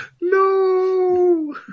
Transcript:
No